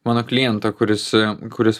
mano klientą kuris kuris